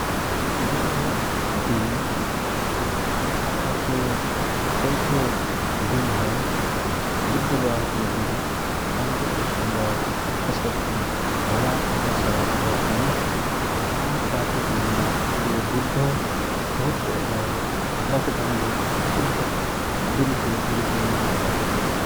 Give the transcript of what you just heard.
बुध दिन हाप्तको चौथो दिन हए, बुधबारके दिन रानाथारू समुदाय खासकरके घडा अथवा स्राद्ध करत हएँ । क्वाँर, कातिक महिनाको बुध घडाके दिनको शुद्ध के रूपमे मानो जात हए ।